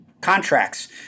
contracts